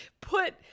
put